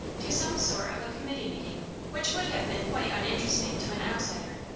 to some sort of a committee meeting which would have been quite uninteresting to an outsider.